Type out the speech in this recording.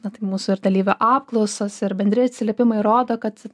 na tai mūsų ir dalyvių apklausos ir bendri atsiliepimai rodo kad